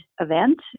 event